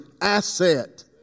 asset